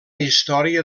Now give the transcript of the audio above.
història